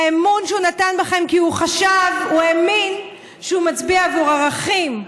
באמון שהוא נתן בכם כי הוא חשב והאמין שהוא מצביע עבור ערכים,